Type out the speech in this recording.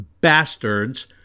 bastards